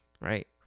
right